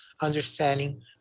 understanding